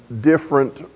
different